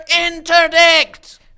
interdict